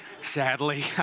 sadly